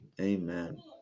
Amen